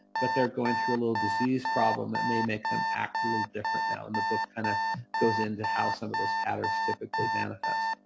but they're going through a little disease problem that may make them act a little different now. and the book kind of goes into how some of those patterns typically manifest.